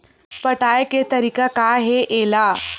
पटाय के तरीका का हे एला?